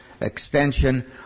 extension